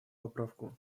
поправку